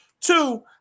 Two